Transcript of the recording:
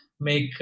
make